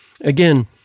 Again